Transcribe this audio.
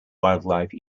wildlife